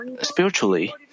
spiritually